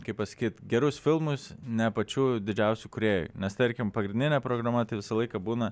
kaip pasakyt gerus filmus ne pačių didžiausių kūrėjų nes tarkim pagrindinė programa tai visą laiką būna